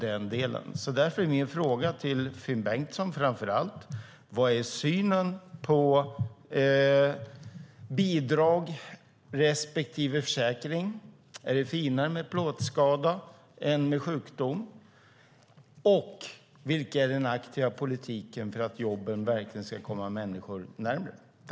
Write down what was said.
Därför är min fråga till framför allt Finn Bengtsson: Vilken är synen på bidrag respektive försäkring? Är det finare med en plåtskada än med sjukdom? Vilken är den aktiva politiken för att jobben verkligen ska komma närmare människor?